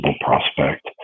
prospect